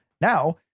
Now